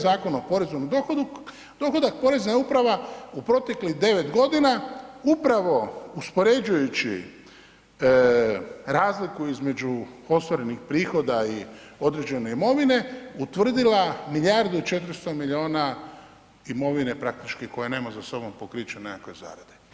Zakona o porezu na dohodak Porezna je uprava u proteklih 9 godina upravo uspoređujući razliku između ostvarenih prihoda i određene imovine utvrdila milijardu i 400 miliona imovine praktički koje nema za sobom pokriće nekakve zarade.